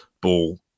ball